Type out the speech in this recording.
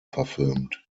verfilmt